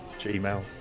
Gmail